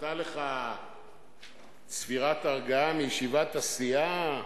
עלתה לך צפירת הרגעה מישיבת הסיעה,